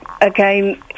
again